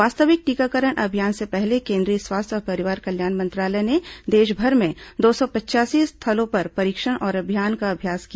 वास्तविक टीकाकरण अभियान से पहले केन्द्रीय स्वास्थ्य और परिवार कल्याण मंत्रालय ने देशभर में दो सौ पचयासी स्थलों पर परीक्षण और अभियान का अभ्यास किया